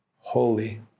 holy